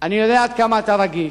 אני יודע עד כמה אתה רגיש.